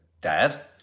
Dad